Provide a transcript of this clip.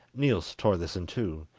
niels tore this in two,